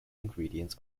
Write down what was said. ingredients